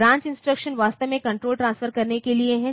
branch instruction वास्तव में control transfer करने के लिए हैं